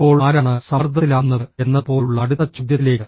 ഇപ്പോൾ ആരാണ് സമ്മർദ്ദത്തിലാകുന്നത് എന്നതുപോലുള്ള അടുത്ത ചോദ്യത്തിലേക്ക്